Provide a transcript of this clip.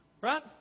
right